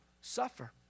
suffer